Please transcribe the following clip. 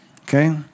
Okay